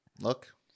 Look